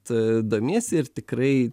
tu domiesi ir tikrai